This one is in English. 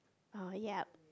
oh yup